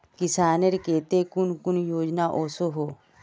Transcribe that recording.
किसानेर केते कुन कुन योजना ओसोहो?